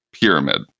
pyramid